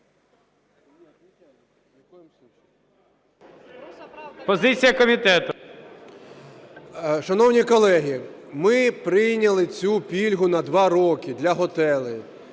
Шановні колеги, ми прийняли цю пільгу на два роки для готелів